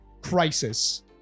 Crisis